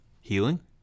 healing